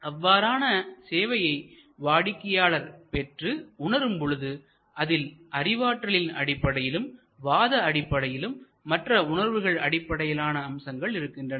அவ்வாறான சேவையை வாடிக்கையாளர் பெற்று உணரும் பொழுது அதில் அறிவாற்றலின் அடிப்படையிலும் வாத அடிப்படையிலும் மற்ற உணர்வுகள் அடிப்படையிலான அம்சங்கள் இருக்கின்றன